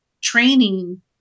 training